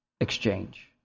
exchange